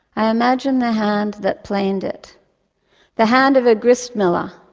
i imagine the hand that planed it the hand of a grist miller,